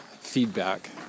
feedback